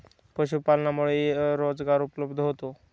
पशुपालनामुळे रोजगार उपलब्ध होतो